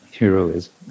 heroism